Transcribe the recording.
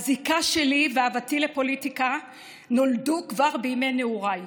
הזיקה שלי ואהבתי לפוליטיקה נולדו כבר בימי נעוריי.